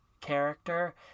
character